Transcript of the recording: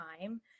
time